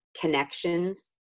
connections